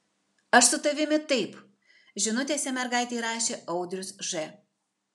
aš su tavimi taip žinutėse mergaitei rašė audrius ž